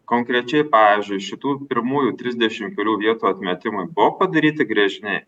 konkrečiai pavyzdžiui šitų pirmųjų trisdešim kelių vietų atmetimui buvo padaryti gręžiniai